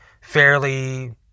fairly